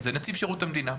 זה נציב שירות המדינה.